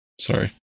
Sorry